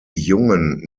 jungen